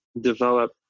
develop